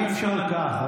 אי-אפשר כך.